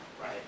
right